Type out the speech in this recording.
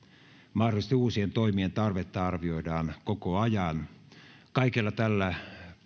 mahdollisten uusien toimien tarvetta arvioidaan koko ajan kaikella tällä